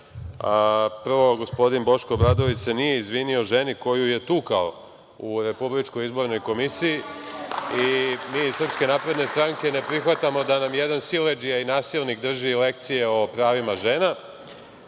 reda. Prvo, gospodin Boško Obradović se nije izvinio ženi koju je tukao u Republičkoj izbornoj komisiji. Mi iz SNS-a ne prihvatamo da nam jedan siledžija i nasilnik drži lekcije o pravima žena. Nešto